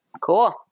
Cool